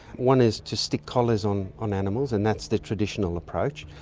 one is to stick collars on on animals, and that's the traditional approach.